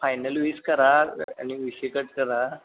final वीस करा आणि विषय कट करा